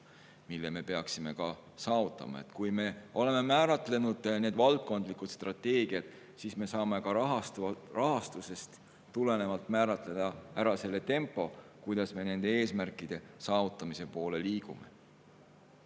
mille me peaksime ka saavutama. Kui me oleme määratlenud need valdkondlikud strateegiad, siis me saame ka rahastusest tulenevalt määratleda ära selle tempo, kuidas me nende eesmärkide saavutamise poole liigume.